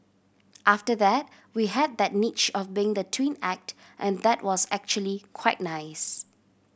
after that we had that niche of being the twin act and that was actually quite nice